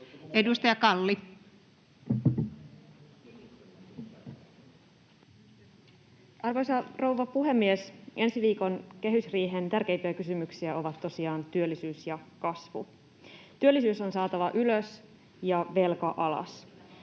Content: Arvoisa rouva puhemies! Ensi viikon kehysriihen tärkeimpiä kysymyksiä ovat tosiaan työllisyys ja kasvu. Työllisyys on saatava ylös ja velka alas,